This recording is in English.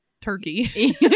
turkey